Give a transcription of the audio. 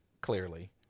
Clearly